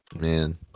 Man